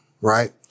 right